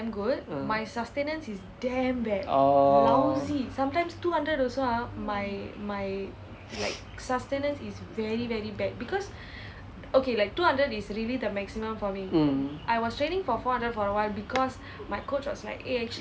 orh mm